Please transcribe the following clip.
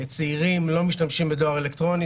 צעירים לא משתמשים בדואר אלקטרוני.